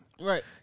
Right